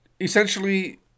essentially